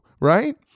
right